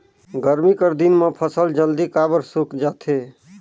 गरमी कर दिन म फसल जल्दी काबर सूख जाथे?